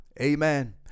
amen